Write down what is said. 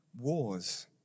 wars